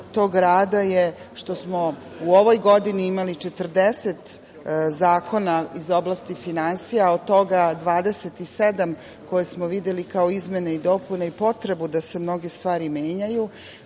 tog rada je što smo u ovoj godini imali 40 zakona iz oblasti finansija, od toga 27 koje smo videli kao izmene i dopune i potrebu da se mnoge stvari menjaju,